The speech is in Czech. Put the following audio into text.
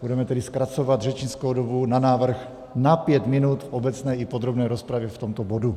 Budeme tedy zkracovat řečnickou dobu na návrh na pět minut v obecné i podrobné rozpravě v tomto bodu.